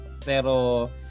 Pero